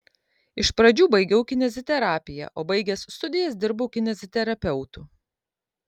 iš pradžių baigiau kineziterapiją o baigęs studijas dirbau kineziterapeutu